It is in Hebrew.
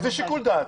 איזה שיקול דעת?